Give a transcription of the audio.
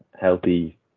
healthy